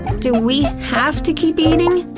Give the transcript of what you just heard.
do we have to keep eating?